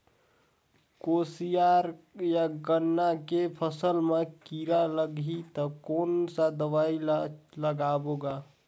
कोशियार या गन्ना के फसल मा कीरा लगही ता कौन सा दवाई ला लगाबो गा?